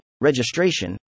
registration